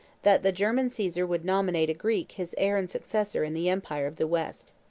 that the german caesar would nominate a greek his heir and successor in the empire of the west.